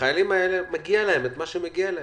שמגיע להם מה שמגיע.